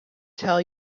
tell